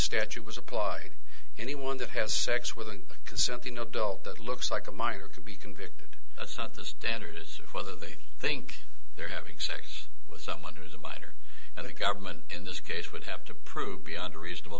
statute was applied anyone that has sex with an consenting adult that looks like a minor could be convicted that's not the standard is whether they think they're having sex with someone who is a minor and the government in this case would have to prove beyond a reasonable